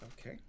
Okay